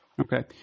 Okay